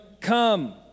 come